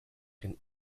can